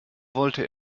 wollte